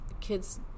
kids